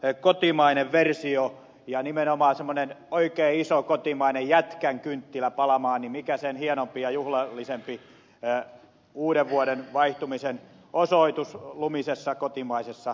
lahtelan kotimainen versio ja nimenomaan semmoinen oikein iso kotimainen jätkänkynttilä palamaan niin mikä sen hienompi ja juhlallisempi uudenvuoden vaihtumisen osoitus lumisessa kotimaisessa